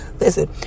listen